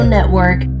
Network